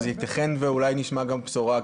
אז אולי נשמע בשורה כבר.